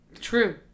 True